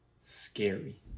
scary